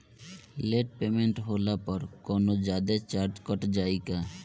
Late payment होला पर कौनोजादे चार्ज कट जायी का?